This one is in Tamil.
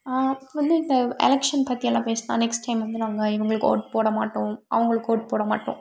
வந்து இந்த எலெக்ஷன் பற்றியெல்லாம் பேசினா நெக்ஸ்ட் டைம் வந்து நாங்கள் இவர்களுக்கு வோட் போடமாட்டோம் அவர்களுக்கு வோட் போடமாட்டோம்